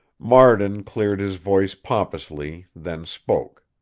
marden cleared his voice pompously, then spoke.